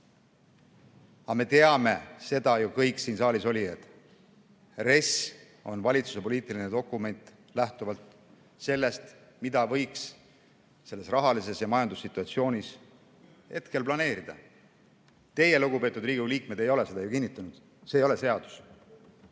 Aga me teame, kõik siin saalis olijad, et RES on valitsuse poliitiline dokument, lähtuvalt sellest, mida võiks selles rahalises ja majandussituatsioonis sel hetkel planeerida. Teie, lugupeetud Riigikogu liikmed, ei ole seda kinnitanud, see ei ole seadus.